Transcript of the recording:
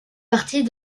partie